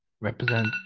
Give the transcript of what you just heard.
represent